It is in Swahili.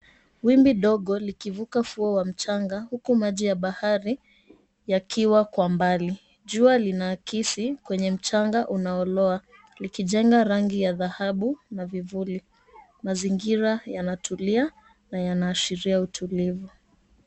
Wimbi dogo likivuka fuo wa mchanga huku maji ya bahari yakiwa kwa mbali. Jua linaakisi kwenye mchanga unaolowa likijenga rangi ya dhahabu na vivuli. Mazingira yanatulia na yanaashiria utulivu.